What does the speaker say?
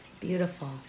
Beautiful